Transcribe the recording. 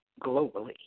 globally